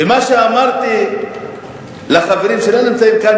ומה שאמרתי לחברים שלא נמצאים כאן,